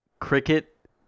cricket